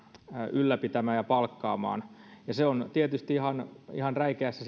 ylläpitämään ja palkkaamaan se on tietysti taas ihan räikeässä